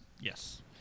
Yes